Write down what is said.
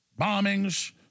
bombings